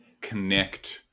connect